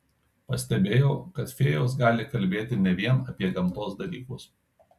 pastebėjau kad fėjos gali kalbėti ne vien apie gamtos dalykus